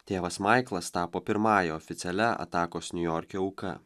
tėvas maiklas tapo pirmąja oficialia atakos niujorke auka